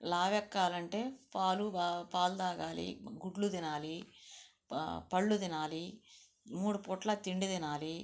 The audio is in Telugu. లావు ఎక్కాలంటే పాలు బాగా పాలు తాగాలి గుడ్లు తినాలి పళ్ళు తినాలి మూడు పూటల తిండి తినాలి